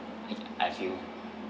as you